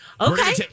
Okay